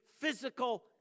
physical